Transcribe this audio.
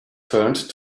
turned